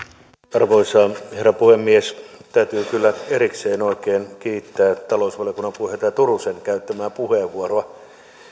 arvoisa herra puhemies täytyy kyllä erikseen oikein kiittää talousvaliokunnan puheenjohtaja turusen käyttämää puheenvuoroa